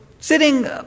sitting